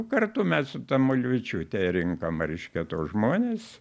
kartu mes su tamulevičiūte rinkom reiškia tuos žmones